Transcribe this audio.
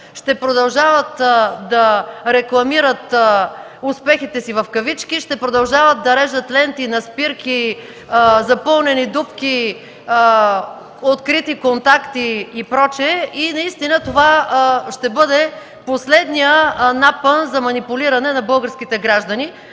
ще продължават да рекламират успехите си в кавички, ще продължават да режат ленти на спирки, запълнени дупки, открити контакти и прочие, и наистина това ще бъде последният напън за манипулиране на българските граждани.